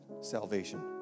salvation